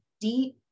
deep